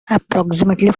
approximately